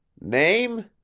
name?